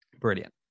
Brilliant